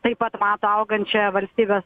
taip pat mato augančią valstybės